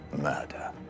murder